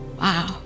Wow